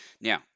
Now